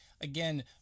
Again